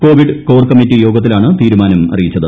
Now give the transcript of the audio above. Covid core committee യോഗത്തിലാണ് തീരുമാനം അറിയിച്ചത്